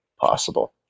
possible